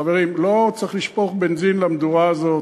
חברים, לא צריך לשפוך בנזין למדורה הזאת.